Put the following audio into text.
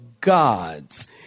gods